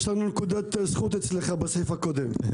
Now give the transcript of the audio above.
השר, יש לנו נקודת זכות אצלך בסעיף הקודם.